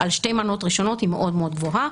על שתי מנות ראשונות היא מאוד גבוהה.